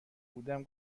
بودم